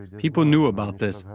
people knew about this,